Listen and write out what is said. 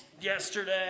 yesterday